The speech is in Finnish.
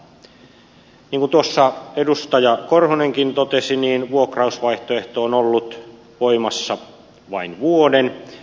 niin kuin tuossa edustaja korhonenkin totesi vuokrausvaihtoehto on ollut voimassa vain vuoden